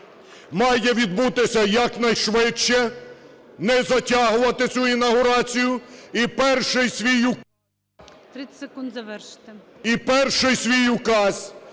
має відбутися якнайшвидше, не затягувати цю інавгурацію. І перший свій...